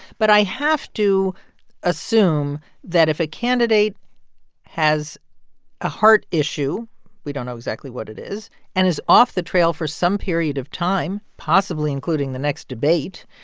but i have to assume that if a candidate has a heart issue we don't know exactly what it is and is off the trail for some period of time, possibly including the next debate,